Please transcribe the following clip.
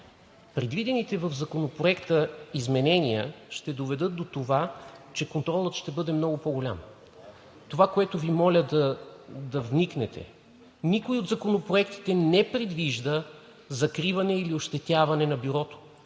Предвидените в Законопроекта изменения ще доведат до това, че контролът ще бъде много по-голям. Това, в което Ви моля да вникнете – никой от законопроектите не предвижда закриване или ощетяване на Бюрото.